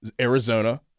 Arizona